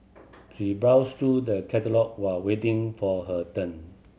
she browsed through the catalogue while waiting for her turn